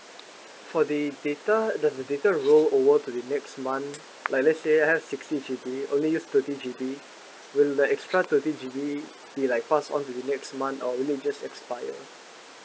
for the data does the data roll over to the next month like let's say I have sixty G_B only use thirty G_B will the extra thirty G_B be like passed on to the next month or will it just expire